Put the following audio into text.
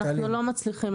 אנחנו לא מצליחים.